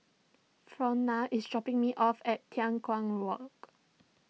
Frona is dropping me off at Tai Walk